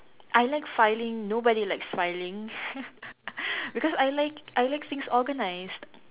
I like filing nobody likes filing because I like I like things organised